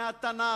מהתנ"ך,